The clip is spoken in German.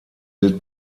gilt